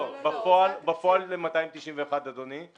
בפועל זה 291,000, אדוני.